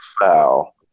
foul